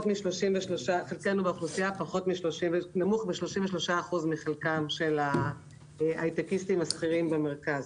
חלקנו באוכלוסייה נמוך ב-33% מחלקם של הייטקיסטים השכירים במרכז.